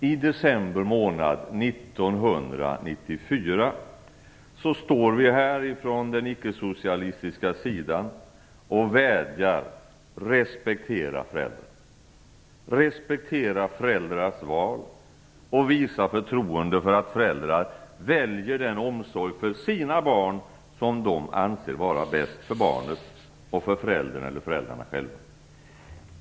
I december månad 1994 står vi här från den ickesocialistiska sidan och vädjar: Respektera föräldrarna, respektera föräldrarnas val och visa förtroende för att föräldrar väljer den omsorg för sina barn som de anser vara bäst för barnen och för föräldrarna själva.